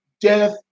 Death